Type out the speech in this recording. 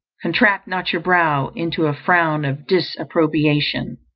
contract not your brow into a frown of disapprobation.